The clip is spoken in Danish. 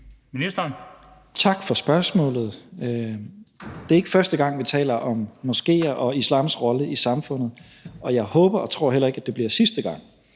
Tesfaye): Tak for spørgsmålet. Det er ikke første gang, vi taler om moskéer og islams rolle i samfundet, og jeg håber ikke og tror heller ikke, at det bliver sidste gang,